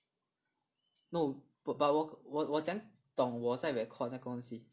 no but but 我我我怎么样懂我在 record 那个东西